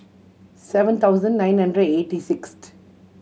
seven thousand nine hundred eighty sixth